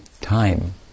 time